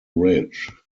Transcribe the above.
ridge